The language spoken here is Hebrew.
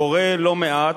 קורה לא מעט,